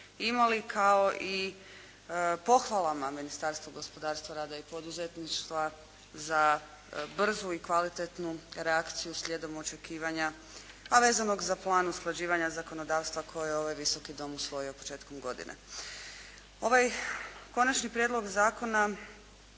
imali kao i pohvalama Ministarstvu gospodarstva, rada i poduzetništva za brzu i kvalitetnu reakciju slijedom očekivanja a vezanog za plan usklađivanja zakonodavstva koje je ovaj Visoki dom usvojio početkom godine. Ovaj konačni prijedlog zakona